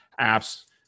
apps